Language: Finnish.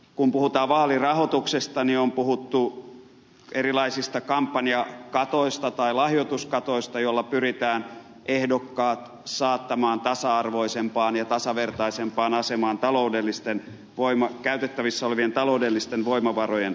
kun puhutaan vaalirahoituksesta niin on puhuttu erilaisista kampanjakatoista tai lahjoituskatoista joilla pyritään ehdokkaat saattamaan tasa arvoisempaan ja tasavertaisempaan asemaan käytettävissä olevien taloudellisten voimavarojen suhteen